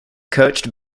coached